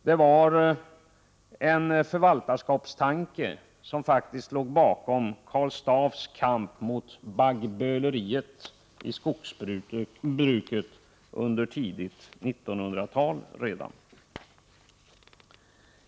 Det var en förvaltarskapstanke som faktiskt låg bakom Karl Staaffs kamp mot baggböleriet i skogsbruket redan under tidigt 1900-tal.